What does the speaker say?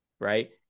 right